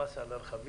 המס על הרכבים,